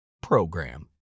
program